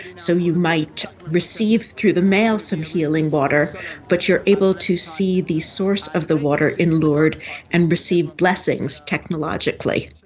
so you might receive through the mail some healing water but you are able to see the source of the water in lourdes and receive blessings technologically.